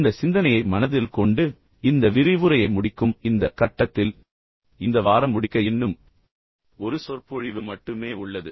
இந்த சிந்தனையை மனதில் கொண்டு இந்த விரிவுரையை முடிக்கும் இந்த கட்டத்தில் இந்த வாரம் முடிக்க இன்னும் ஒரு சொற்பொழிவு மட்டுமே உள்ளது